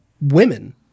women